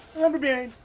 lumber baron.